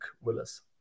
Willis